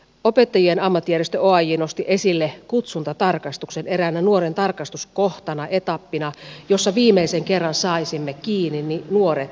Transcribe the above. opettajien ammattijärjestö oaj nosti esille kutsuntatarkastuksen eräänä nuoren tarkastuskohtana etappina jossa viimeisen kerran saisimme kiinni nuoret miehet